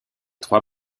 trois